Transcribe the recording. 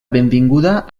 benvinguda